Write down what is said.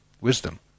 wisdom